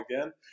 again